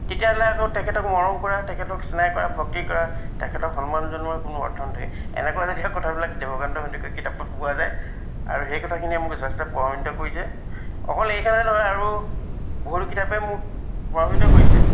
তেতিয়াহ'লে আকৌ তেখেতক মৰম কৰা তেখেতক স্নেহ কৰা ভক্তি কৰা তেখেতক সন্মান জনোৱাৰ কোনো অৰ্থ নাথাকে এনেকুৱা জাতীয় কথাবিলাক দেৱকান্ত সন্দিকৈৰ কিতাপত পোৱা যায় আৰু সেই কথাখিনিয়ে মোক যথেষ্ট প্ৰভাৱিত কৰিছে অকল এইখনে নহয় আৰু বহুতো কিতাপেই মোক প্ৰভাৱিত কৰিছে